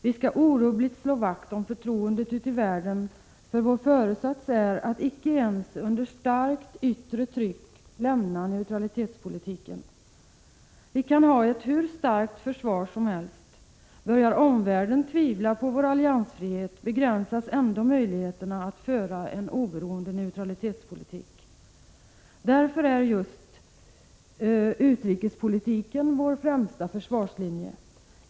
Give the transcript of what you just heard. Vi skall orubbligt slå vakt om förtroendet ute i världen för vår föresats är att icke ens under starkt yttre tryck lämna neutralitetspolitiken. -—-Vi kan ha ett hur starkt försvar som helst, börjar omvärlden tvivla på vår alliansfrihet begränsas ändå möjligheterna att föra en oberoende neutralitetspolitik. Därför är just utrikespolitiken vår främsta försvarslinje.